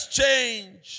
change